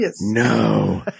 No